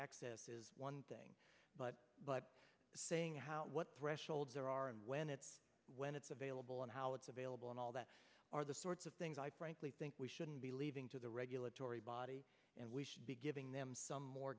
of one thing but but saying what threshold there are and when it's when it's available and how it's available and all that are the sorts of things i frankly think we shouldn't be leaving to the regulatory body and we should be giving them some more